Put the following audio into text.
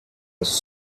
was